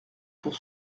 pour